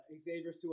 Xavier